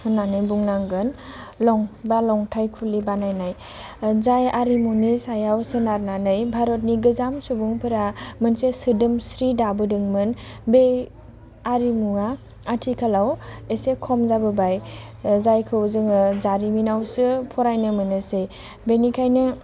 होननानै बुंनांगोन लं बा लंथाइ खुलि बानायनाय जाय आरिमुनि सायाव सोनादनानै भारतनि गोजाम सुबुंफ्रा मोनसे सोदोमस्रि दाबोदोंमोन बे आरिमुवा आथिखालाव एसे खम जाबोबाय जायखौ जोङो जारिमिनावसो फरायनो मोनोसै बेनिखायनो